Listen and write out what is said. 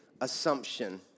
assumption